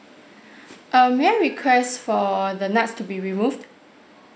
um may I request for the nuts to be removed